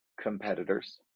competitors